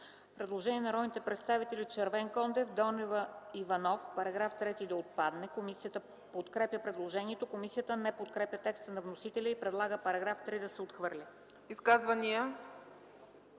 Предложение на народните представители Червенкондев, Донева и Иванов –§ 3 да отпадне. Комисията подкрепя предложението. Комисията не подкрепя текста на вносителя и предлага § 3 да се отхвърли.